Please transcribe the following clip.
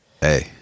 Hey